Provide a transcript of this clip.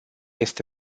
este